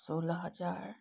सोह्र हजार